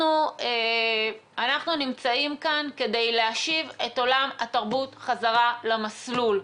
אנחנו נמצאים כאן כדי להשיב את עולם התרבות חזרה למסלול,